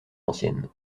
ancienne